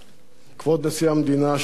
כבוד נשיא המדינה שמעון פרס,